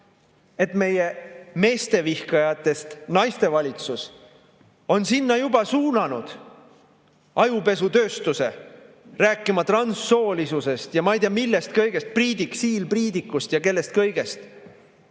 et meie meestevihkajatest naistevalitsus on sinna juba suunanud ajupesutööstuse rääkima transsoolisusest ja ma ei tea, millest kõigest, siil Priidikust ja kellest veel?